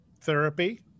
therapy